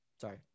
Sorry